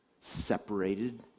separated